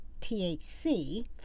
THC